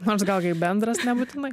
nors gal kai bendras nebūtinai